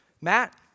Matt